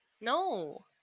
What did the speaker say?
No